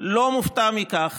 לא מופתע מכך